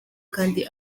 kandi